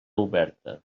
oberta